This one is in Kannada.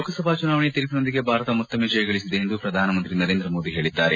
ಲೋಕಸಭಾ ಚುನಾವಣೆಯ ತೀರ್ಪಿನೊಂದಿಗೆ ಭಾರತ ಮತ್ತೊಮ್ಮೆ ಜಯಗಳಿಸಿದೆ ಎಂದು ಪ್ರಧಾನಮಂತ್ರಿ ನರೇಂದ್ರ ಮೋದಿ ಹೇಳಿದ್ದಾರೆ